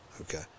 Okay